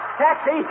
Taxi